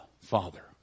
father